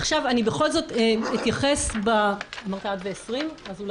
עכשיו, אני בכל זאת אתייחס --- אז אני